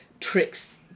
tricks